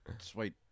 sweet